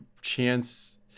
chance